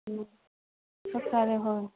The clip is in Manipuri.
ꯎꯝ ꯆꯥꯛ ꯆꯥꯔꯦ ꯍꯣꯏ